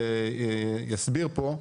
יסביר פה,